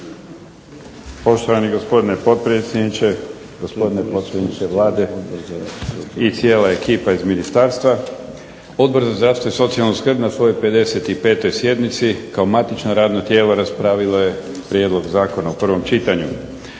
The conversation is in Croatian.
Poštovani gospodine potpredsjedniče, gospodine potpredsjedniče Vlade i cijela ekipa iz ministarstva. Odbor za zdravstvo i socijalnu skrb na svojoj 55. sjednici kao matično radno tijelo raspravilo je prijedlog zakona u prvom čitanju.